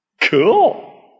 cool